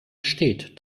steht